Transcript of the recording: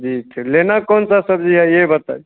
जी तो लेना कौन सा सब्जी है ये बता